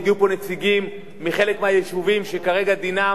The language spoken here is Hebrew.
והגיעו לפה נציגים מחלק מהיישובים שכרגע דינם